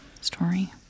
story